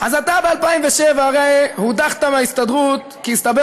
אז אתה ב-2007 הרי הודחת מההסתדרות כי הסתבר